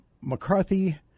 McCarthy